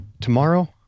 Tomorrow